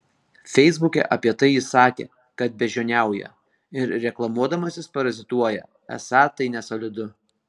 feisbuke apie tai jis sakė kad beždžioniauja ir reklamuodamasis parazituoja esą tai nesolidu